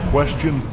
Question